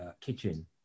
kitchen